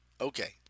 okay